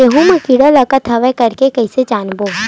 गेहूं म कीट लगत हवय करके कइसे जानबो?